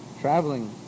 traveling